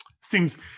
seems